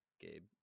Gabe